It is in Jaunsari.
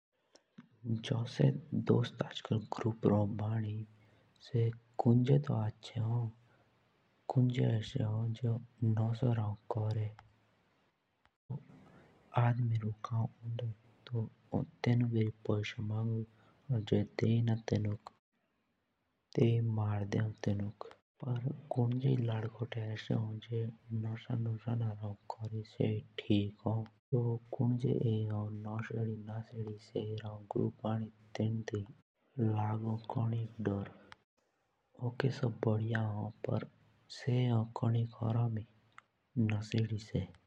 जो से ग्रुप हों आज कल भनी से कुणि तो आछे हों पर कुंग्यी से निकारे हों नशा कौर कोरी से गाड़ी रोकौं और पैसे मांगो और जे कुणि देखी ना तो से तेणुक मार दौं पर कुंग जो लड़कोते दोस्तिक ग्रुप रहौं भनी से कुंगै तो खेर आछे हों पर कुंगे से नोषा कौरने वालो हों।